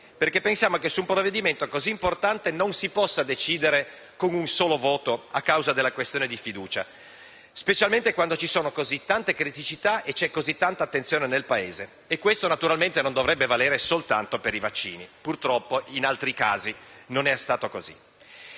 perché pensiamo che su un provvedimento così importante non si possa decidere con un solo voto a causa della questione di fiducia, specialmente quando ci sono così tante criticità e c'è così tanta attenzione nel Paese: questo naturalmente non dovrebbe valere soltanto per i vaccini, ma, purtroppo, in altri casi non è stato così.